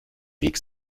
weg